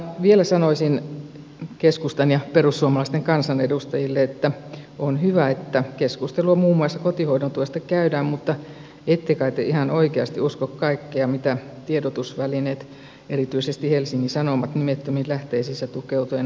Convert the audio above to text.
vielä sanoisin keskustan ja perussuomalaisten kansanedustajille että on hyvä että keskustelua muun muassa kotihoidon tuesta käydään mutta ette kai te ihan oikeasti usko kaikkea mitä tiedotusvälineet erityisesti helsingin sanomat nimettömiin lähteisiinsä tukeutuen kehysriihestä kertovat